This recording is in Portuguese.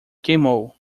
queimou